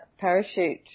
parachute